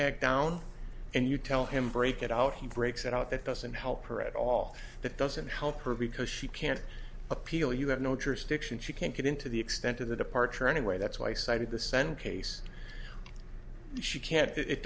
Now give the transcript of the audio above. back down and you tell him break it out he breaks it out that doesn't help her at all that doesn't help her because she can't appeal you have no jurisdiction she can't get into the extent of the departure anyway that's why i cited the scent case she can't it